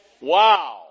Wow